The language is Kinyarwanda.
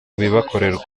bibakorerwa